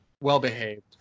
well-behaved